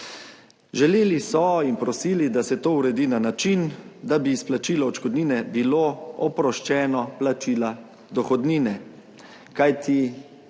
Želeli so in prosili, da se to uredi na način, da bi bilo izplačilo odškodnine oproščeno plačila dohodnine,